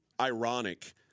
ironic